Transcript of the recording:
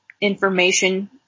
information